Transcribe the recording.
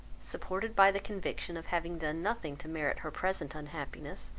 supported by the conviction of having done nothing to merit her present unhappiness,